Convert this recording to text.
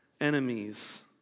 enemies